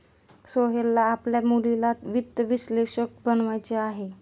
सोहेलला आपल्या मुलीला वित्त विश्लेषक बनवायचे आहे